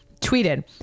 tweeted